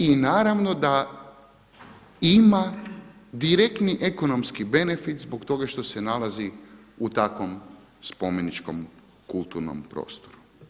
I naravno da ima direktni ekonomski benefit zbog toga što se nalazi u takvom spomeničkom, kulturnom prostoru.